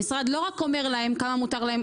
המשרד לא רק אומר להם כמה מותר להם,